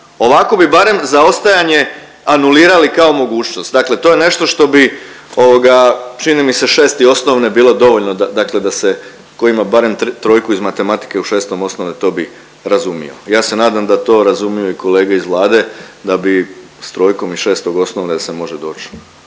Ovako bi barem zaostajanje anulirali kao mogućnost, dakle to je nešto što bi čini mi se šesti osnovne bilo dovoljno, dakle da se tko ima barem trojku iz matematike u šestom osnovne to bi razumio. Ja se nadam da to razumiju i kolege iz Vlade da bi s trojkom iz 6-tog osnovne se može doći